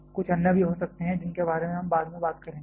कुछ अन्य भी हो सकते हैं जिनके बारे में हम बाद में बात करेंगे